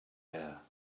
air